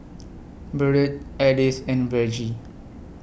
Burdette Edith and Vergie